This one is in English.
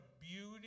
beauty